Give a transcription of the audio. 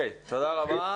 תודה רבה.